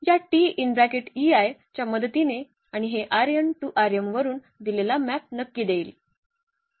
या च्या मदतीने आणि हे वरुन दिलेला मॅप नक्की देईल